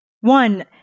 One